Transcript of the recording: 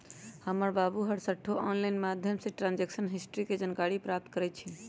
हमर बाबू हरसठ्ठो ऑनलाइन माध्यमें से ट्रांजैक्शन हिस्ट्री के जानकारी प्राप्त करइ छिन्ह